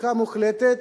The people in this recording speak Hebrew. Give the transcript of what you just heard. שתיקה מוחלטת.